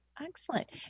Excellent